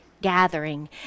gathering